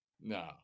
No